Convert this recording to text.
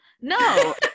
no